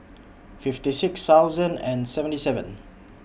fifty six thousand and seventy seven